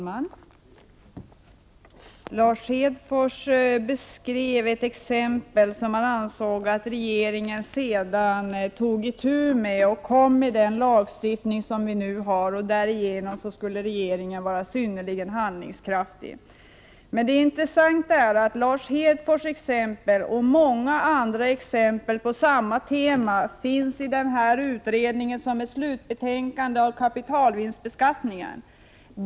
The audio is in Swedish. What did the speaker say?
Herr talman! Lars Hedfors tog ett exempel där han ansåg att regeringen hade tagit itu med problemen och att regeringen därefter kommit med den lagstiftning som vi nu har. Därigenom skulle regeringen visat sig synnerligen handlingskraftig. Men det intressanta är att Lars Hedfors exempel, och många andra exempel på samma tema, finns i slutbetänkandet från utredningen om kapitalvinstbeskattningen.